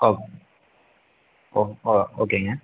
ஓ ஓ ஓ ஓகேங்க